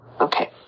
okay